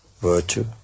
virtue